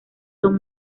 son